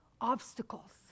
Obstacles